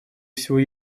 всего